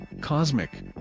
Cosmic